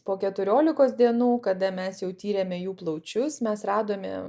po keturiolikos dienų kada mes jau tyrėme jų plaučius mes radome